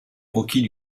rockies